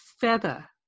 feather